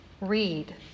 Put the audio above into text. Read